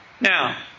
Now